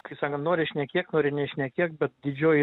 kai sakant nori šnekėk nori nešnekėk bet didžioji